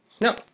No